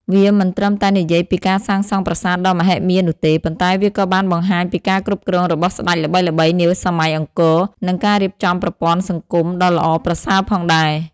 វាមិនត្រឹមតែនិយាយពីការសាងសង់ប្រាសាទដ៏មហិមានោះទេ ប៉ុន្តែវាក៏បានបង្ហាញពីការគ្រប់គ្រងរបស់ស្ដេចល្បីៗនាសម័យអង្គរ និងការរៀបចំប្រព័ន្ធសង្គមដ៏ល្អប្រសើរផងដែរ។